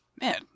Man